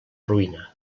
ruïna